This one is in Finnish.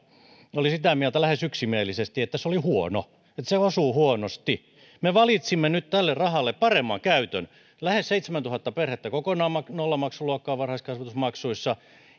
oli sitä mieltä lähes yksimielisesti että se oli huono että se osuu huonosti me valitsimme nyt tälle rahalle paremman käytön lähes seitsemäntuhatta perhettä kokonaan nollamaksuluokkaan varhaiskasvatusmaksuissa